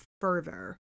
further